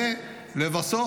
לבסוף,